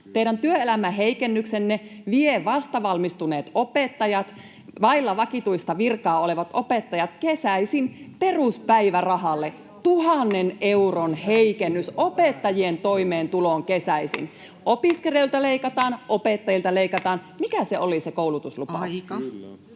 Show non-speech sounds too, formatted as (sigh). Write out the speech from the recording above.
Teidän työelämäheikennyksenne vievät vastavalmistuneet opettajat, vailla vakituista virkaa olevat opettajat, kesäisin peruspäivärahalle — tuhannen euron heikennys (noise) opettajien toimeentuloon kesäisin. (noise) Opiskelijoilta leikataan, opettajilta leikataan. Mikä oli [Puhemies: Aika!]